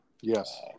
Yes